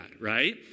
right